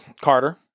Carter